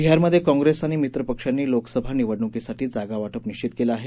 बिहारमधे काँग्रेस आणि मित्रपक्षांनी लोकसभा निवडणुकीसाठी जागावाटप निश्वित केलं आहे